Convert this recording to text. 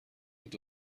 بود